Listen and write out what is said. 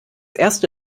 erste